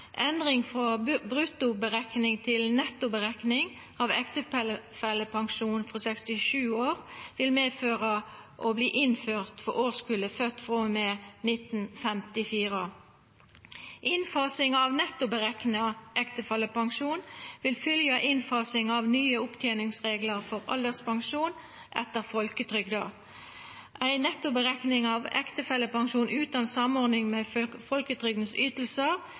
Endring frå bruttoberekning til nettoberekning av ektefellepensjon frå 67 år vil verta innført for årskullet frå og med 1954. Innfasing av nettoberekna ektefellepensjon vil fylgja innfasing av nye oppteningsreglar for alderspensjon etter folketrygda. Ei nettoberekning av ektefellepensjon utan samordning med